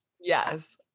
Yes